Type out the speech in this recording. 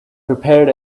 prepared